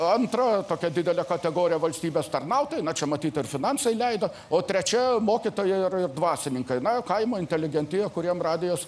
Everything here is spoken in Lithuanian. antra tokia didelė kategorija valstybės tarnautojai na čia matyt ir finansai leido o trečia mokytojai ir ir dvasininkai na kaimo inteligentija kuriem radijas